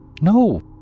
No